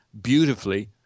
beautifully